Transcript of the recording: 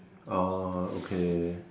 ah okay